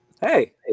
hey